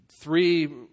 three